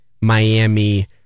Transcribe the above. Miami